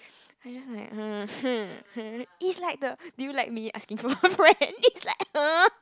I just like hmm is like the do you like me asking for a friend is like hmm